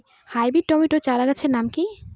Hybrid tomato চারাগাছের নাম কি?